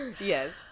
yes